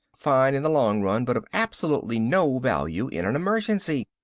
fine in the long run, but of absolutely no value in an emergency.